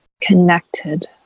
connected